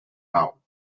now